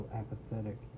apathetic